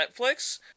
Netflix